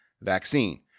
vaccine